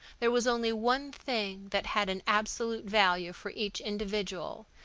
there was only one thing that had an absolute value for each individual,